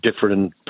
different